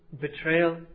betrayal